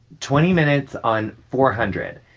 twenty minutes on four hundred.